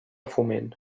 foment